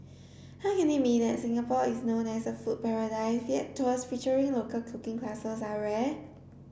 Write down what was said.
how can it be that Singapore is known as a food paradise yet tours featuring local cooking classes are rare